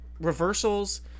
reversals